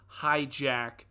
hijack